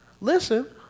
Listen